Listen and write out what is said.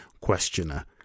questioner